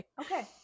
Okay